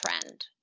trend